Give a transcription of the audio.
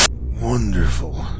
Wonderful